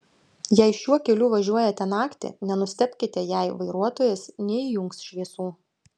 jei šiuo keliu važiuojate naktį nenustebkite jei vairuotojas neįjungs šviesų